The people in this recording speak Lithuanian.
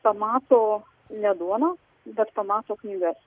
pamato ne duoną bet pamato knygas